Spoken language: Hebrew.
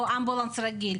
או אמבולנס רגיל,